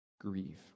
grieve